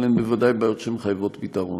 אבל הן בוודאי בעיות שמחייבות פתרון.